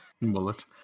Mullet